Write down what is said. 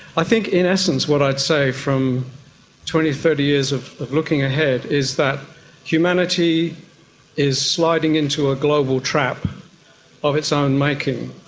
i think in essence what i'd say from twenty, thirty years of looking ahead, is that humanity is sliding into a global trap of its own making.